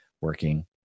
working